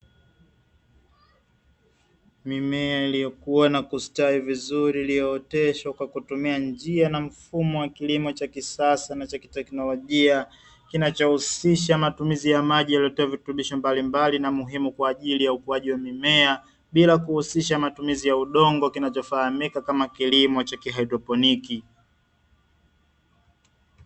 Mimea iliyokuwa na kustawi vizuri iliyooteshwa kwa kutumia njia na mfumo wa kilimo cha kisasa na cha kiteknolojia. Kinachohusisha matumizi ya maji yaletayo virutubisho mbalimbali na muhimu kwa ajili ya ukuaji wa mimea, bila kuhusisha matumizi ya udongo kinachofahamika kama kilimo cha kihaidroponiki.